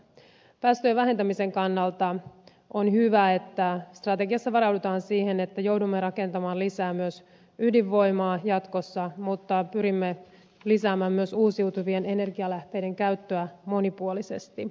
päästöjen vähentämisen kannalta on hyvä että strategiassa varaudutaan siihen että joudumme rakentamaan lisää myös ydinvoimaa jatkossa mutta pyrimme lisäämään myös uusiutuvien energialähteiden käyttöä monipuolisesti